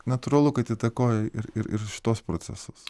natūralu kad įtakoja ir ir šituos procesus